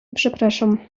przepraszam